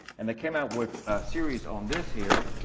and they came out with a series on this here.